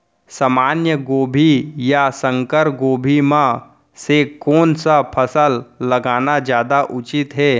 सामान्य गोभी या संकर गोभी म से कोन स फसल लगाना जादा उचित हे?